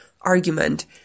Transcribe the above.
argument